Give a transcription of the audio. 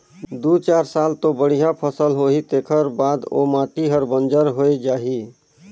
दू चार साल तो बड़िया फसल होही तेखर बाद ओ माटी हर बंजर होए जाही